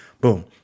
boom